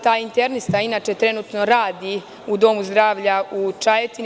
Taj internista inače trenutno radi u Domu zdravlja u Čejetini.